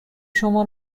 شما